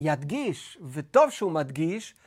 ‫ידגיש, וטוב שהוא מדגיש,